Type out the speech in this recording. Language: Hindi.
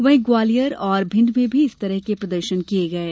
वहीं ग्वालियर और भिण्ड में भी इस तरह के प्रदर्शन किये गये